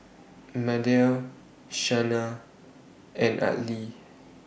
Mardell Shana and Arley